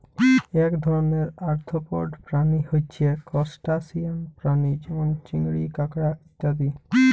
এক ধরণের আর্থ্রপড প্রাণী হচ্যে ত্রুসটাসিয়ান প্রাণী যেমল চিংড়ি, কাঁকড়া ইত্যাদি